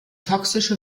toxische